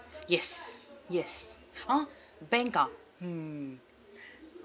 yes yes !huh! bank ah hmm